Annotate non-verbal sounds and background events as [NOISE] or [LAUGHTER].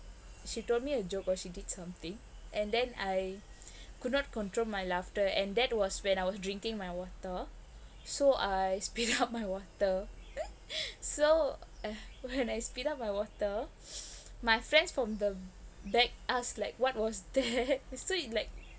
she told me a joke or she did something and then I could not control my laughter and that was when I was drinking my water so I spit out my water [LAUGHS] so when I spit out my water my friends from the back asked like what was that so you like